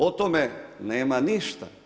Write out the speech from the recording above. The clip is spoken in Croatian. O tome nema ništa.